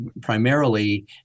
primarily